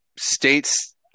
states